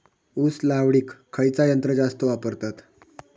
ऊस लावडीक खयचा यंत्र जास्त वापरतत?